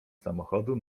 samochodu